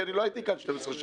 כי אני לא הייתי כאן 12 שנה,